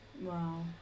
Wow